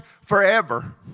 forever